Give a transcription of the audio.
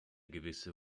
gewisse